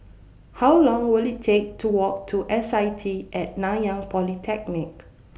How Long Will IT Take to Walk to S I T At Nanyang Polytechnic